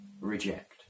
reject